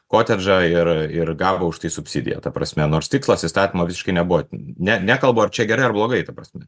kotedžą ir ir gavo už tai subsidiją ta prasme nors tikslas įstatymo visiškai nebuvo ne nekalbu ar čia gerai ar blogai ta prasme